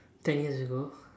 ten years ago